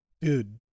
dude